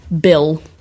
Bill